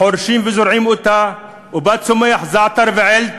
חורשים וזורעים אותה, ובה צומחים זעתר ועלת.